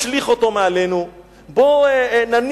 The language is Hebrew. בואו נשליך אותו מעלינו,